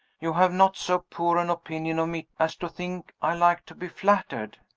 you have not so poor an opinion of me as to think i like to be flattered?